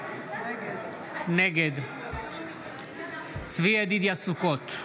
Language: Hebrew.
נגד צבי ידידיה סוכות,